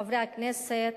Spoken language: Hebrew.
חברי הכנסת,